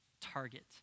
target